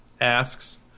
asks